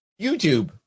YouTube